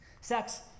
Sex